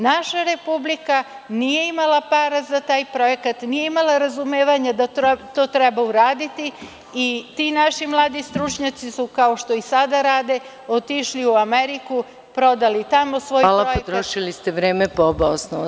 Naša Republika nije imala para za taj projekat, nije imala razumevanja da to treba uraditi i ti naši mladi stručnjaci su kao što i sada rade otišli u Ameriku, prodali tamo svoj projekat.